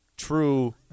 true